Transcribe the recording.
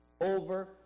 Over